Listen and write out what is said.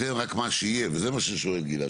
אז זה רק מה שיהיה, וזה מה ששואל גלעד.